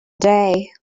day